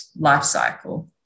lifecycle